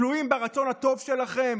תלויות ברצון הטוב שלכם?